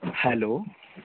hello